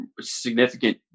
significant